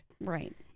Right